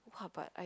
how about I